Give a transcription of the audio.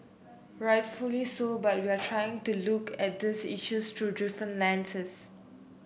rightfully so but we are trying to look at these issues through different lenses